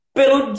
pelo